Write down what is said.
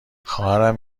خواهرم